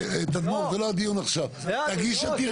תדמור, זה לא הדיון עכשיו, תגיש עתירה.